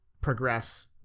progress